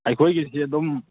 ꯑꯩꯈꯣꯏꯒꯤꯁꯦ ꯑꯗꯨꯝ